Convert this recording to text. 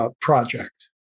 project